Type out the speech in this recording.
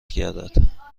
گردد